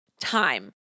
time